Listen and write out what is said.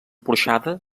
porxada